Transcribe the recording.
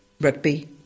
rugby